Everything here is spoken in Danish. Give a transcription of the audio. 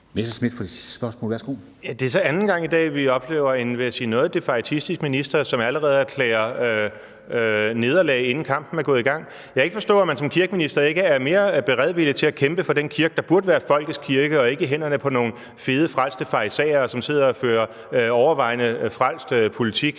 Det er så anden gang i dag, vi oplever en, vil jeg sige noget defaitistisk minister, som allerede erklærer nederlag, inden kampen er gået i gang. Jeg kan ikke forstå, at man som kirkeminister ikke er mere beredt på at kæmpe for den kirke, der burde være folkets kirke, og ikke være i hænderne på fede, frelste farisæere, som sidder og fører overvejende frelst politik